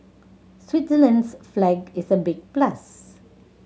Switzerland's flag is a big plus